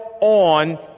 on